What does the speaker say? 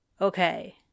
Okay